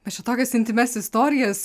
mes čia tokias intymias istorijas